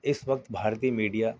اس وقت بھارتیہ میڈیا